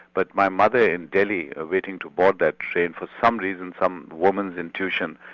but my mother in delhi ah waiting to board that train, for some reason, some woman's intuition,